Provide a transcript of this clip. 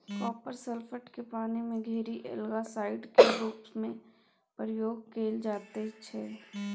copper sulphate केँ पानि मे घोरि एल्गासाइड केर रुप मे प्रयोग कएल जाइत छै